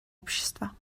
общества